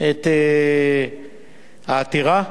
את העתירה.